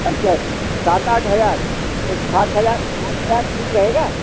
अच्छा सात आठ हज़ार तो सात हज़ार सात हज़ार ठीक रहेगा